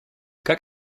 как